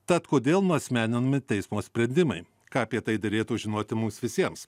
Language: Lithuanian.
tad kodėl nuasmeninami teismo sprendimai ką apie tai derėtų žinoti mums visiems